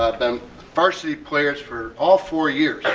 um varsity players for all four years,